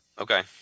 Okay